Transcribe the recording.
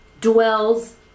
Dwells